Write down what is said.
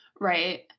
Right